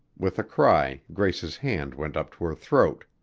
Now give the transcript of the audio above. with a cry, grace's hand went up to her throat.